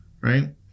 Right